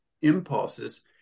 impulses